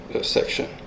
section